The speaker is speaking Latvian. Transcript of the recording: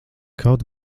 kaut